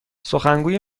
سخنگوی